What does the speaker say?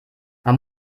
man